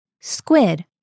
squid